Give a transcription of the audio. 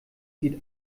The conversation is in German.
sieht